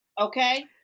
Okay